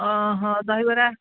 ଦହିବରା